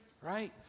right